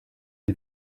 die